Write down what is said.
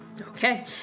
Okay